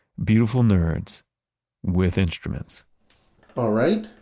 beautiful nerds with instruments all right,